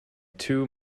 too